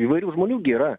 įvairių žmonių gi yra